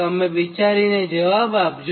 તમે વિચારીને જવાબ આપજો